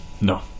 no